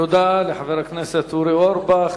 תודה לחבר הכנסת אורי אורבך.